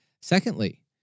Secondly